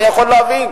אני יכול להבין.